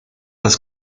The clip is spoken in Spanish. las